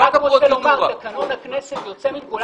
אני רק רוצה לומר: תקנון הכנסת יוצא מנקודת